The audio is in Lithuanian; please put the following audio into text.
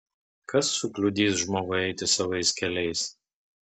kas sukliudys žmogui eiti savais keliais